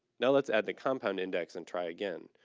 now lets add the compound index and try again.